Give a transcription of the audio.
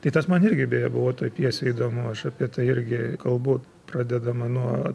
tai tas man irgi beje buvo toj pjesėj įdomu aš apie tai irgi kalbu pradedama nuo